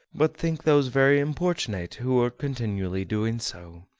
but think those very importunate who are continually doing so.